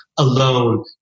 alone